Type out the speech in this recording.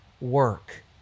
work